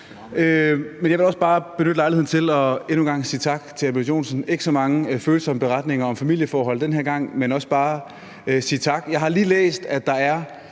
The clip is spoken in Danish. jeg vil også bare benytte lejligheden til endnu en gang at sige tak til hr. Edmund Joensen. Der er ikke så mange følsomme beretninger om familieforhold den her gang, men jeg vil også bare sige tak. Jeg har lige læst, at der er